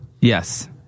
Yes